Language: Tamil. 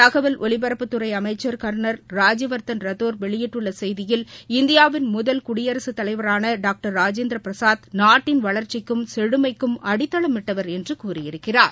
தகவல் ஒலிபரப்பு துறை அமைச்சர் கர்ளல் ராஜ்யவர்தன் ரத்தோர் வெளியிட்டுள்ள செய்தியில் இந்தியாவின் முதல் குடியரசு தலைவரான டாக்டர் ராஜேந்திர பிரசாத் நாட்டின் வளர்ச்சிக்கும் செமுமைக்கும் அடித்தளமிட்டவர் என்று கூறியிருக்கிறார்